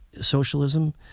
socialism